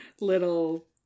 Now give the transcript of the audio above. little